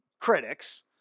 critics